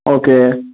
okay